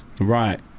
Right